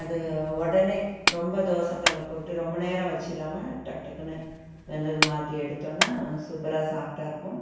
அது உடனே ரொம்ப தோசை கல்லில் போட்டு ரொம்ப நேரம் வச்சு இல்லாமல் டக்கு டக்குன்னு வெந்ததும் மாற்றி எடுத்தோம்னா சூப்பராக சாஃப்ட்டாக இருக்கும்